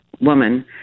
woman